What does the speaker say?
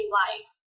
life